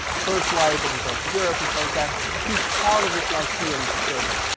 first wife, and he goes to europe, he comes back. he's part of this lyceum circuit.